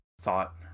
thought